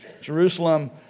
Jerusalem